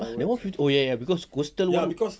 ah apa oh ya ya cause coastal